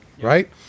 right